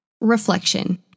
Reflection